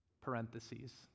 parentheses